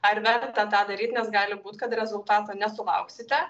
ar verta tą daryt nes gali būt kad rezultato nesulauksite